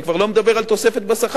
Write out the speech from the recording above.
אני כבר לא מדבר על תוספת בשכר.